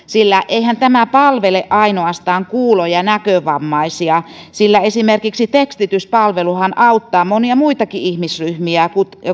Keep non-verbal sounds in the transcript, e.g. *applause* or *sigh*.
*unintelligible* sillä eihän tämä palvele ainoastaan kuulo ja näkövammaisia esimerkiksi tekstityspalveluhan auttaa monia muitakin ihmisryhmiä